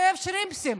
אוהב שרימפסים,